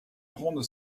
prendre